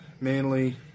Manly